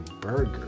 burger